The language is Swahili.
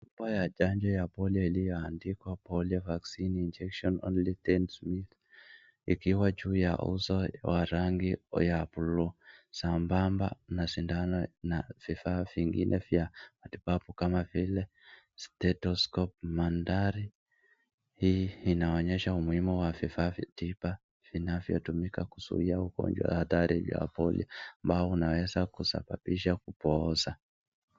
Dawa ya chanjo ya polio iliyoandikwa polio vaccine injection only 10 ml ikiwa juu ya leso ya rangi ya buluu sabamba na sindano vifaa vya vingine vya matibabu kama vile stethoscope , madhari hii inaonyesha umuhimu wa vifaa vya tiba vinavyo tumika kuzuia ugonjwa hatari ile wa polio ambao unaeza kusababisha kupoozza.